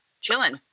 chilling